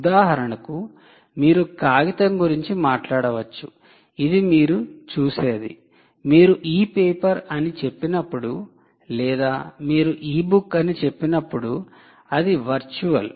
ఉదాహరణకు మీరు కాగితం గురించి మాట్లాడవచ్చు ఇది మీరు చూసేది మీరు ఇ పేపర్ అని చెప్పినప్పుడు లేదా మీరు ఇ బుక్ అని చెప్పినప్పుడు అది వర్చువల్